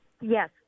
Yes